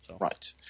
Right